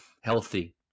healthy